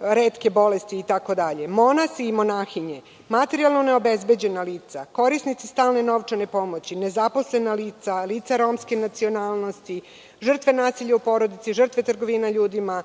retke bolesti itd, monasi i monahinje, materijalno neobezbeđena lica, korisnici stalne novčane pomoći, nezaposlena lica, lica romske nacionalnosti, žrtve nasilja u porodici, trgovine ljudima,